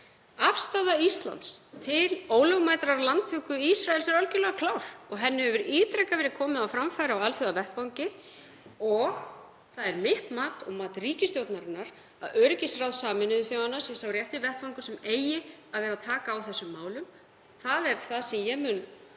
Afstaða Íslands til ólögmætrar landtöku Ísraels er algerlega klár og henni hefur ítrekað verið komið á framfæri á alþjóðavettvangi. Það er mitt mat og mat ríkisstjórnarinnar að öryggisráð Sameinuðu þjóðanna sé sá rétti vettvangur sem eigi að taka á þessum málum. Það er það sem ég mun